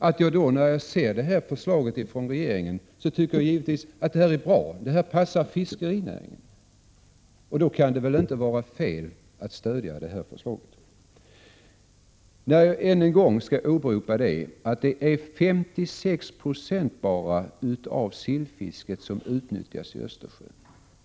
När jag sedan ser det förslag regeringen kommer med, tycker jag givetvis att det är bra, att det passar fiskerinäringen. Då kan det inte vara fel att stödja det förslaget. Jag vill än en gång upprepa att endast 56 96 av sillfisket utnyttjas i Östersjön.